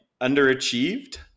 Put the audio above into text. underachieved